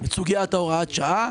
את סוגיית הוראת השעה